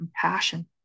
compassion